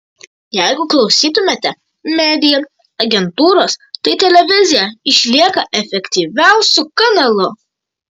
jeigu klausytumėte media agentūros tai televizija išlieka efektyviausiu kanalu